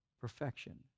Perfection